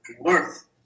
worth